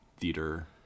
theater